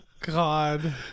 God